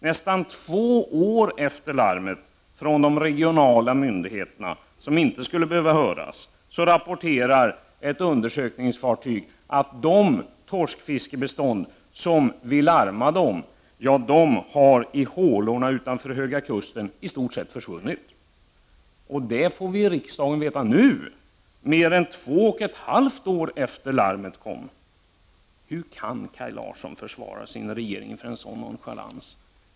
Nästan två år efter larmet från de regionala myndigheter som inte skulle behöva höras rapporterar ett undersökningsfartyg att de torskfiskebestånd som vi larmade om i hålorna utanför Höga kusten i stort sett har försvunnit. Det får vi i riksdagen veta nu, mer än två och ett halvt år efter det att larmet kom. Hur kan Kaj Larsson försvara sin regering för en sådan nonchalans?